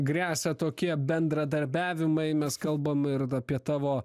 gresia tokie bendradarbiavimai mes kalbam ir apie tavo